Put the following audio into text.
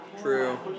True